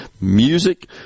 Music